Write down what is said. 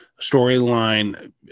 storyline